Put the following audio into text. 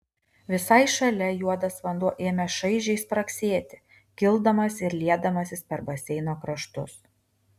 visai šalia juodas vanduo ėmė šaižiai spragsėti kildamas ir liedamasis per baseino kraštus